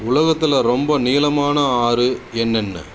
உலகத்தில் ரொம்ப நீளமான ஆறு என்னன்ன